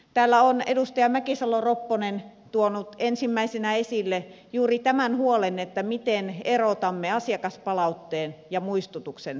täällä on edustaja mäkisalo ropponen tuonut ensimmäisenä esille juuri tämän huolen miten erotamme asiakaspalautteen ja muistutuksen toisistaan